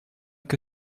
que